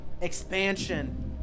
Expansion